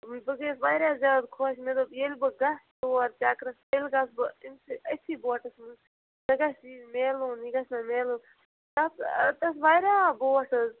بہٕ گٔیَس واریاہ زیادٕ خوش مےٚ دوٚپ ییٚلہِ بہٕ گَژھٕ اور چَکرَس تیٚلہِ گژھٕ بہٕ أمۍسٕے أتھی بوٹَس منٛز مےٚ گژھِ یہِ مِلُن یہِ گژھِ مےٚ مِلُن تَتھ واریاہ بوٹ حظ